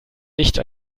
nicht